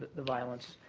the violence.